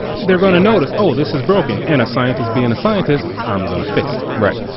they're gonna notice. oh, this is broken and a scientist being a scientist, i'm gonna fix it. right.